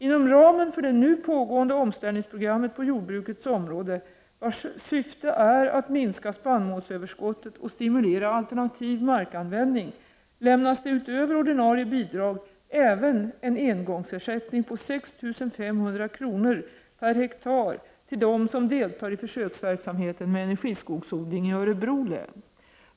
Inom ramen för det nu pågående omställningsprogrammet på jordbrukets område, vars syfte är att minska spannmålsöverskottet och stimulera alternativ markanvändning, lämnas det utöver ordinarie bidrag även en engångsersättning på 6 500 kr. per hektar till dem som deltar i försöksverksamheten med energiskogsodling i Örebro län.